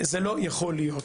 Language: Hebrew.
לא יכול להיות